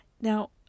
Now